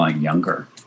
younger